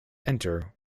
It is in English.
enter